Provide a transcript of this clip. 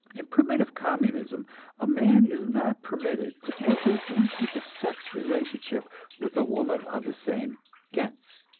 in primitive communism a man is not permitted to enter into the sex relationship with a woman of the same gens,